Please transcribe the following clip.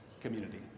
community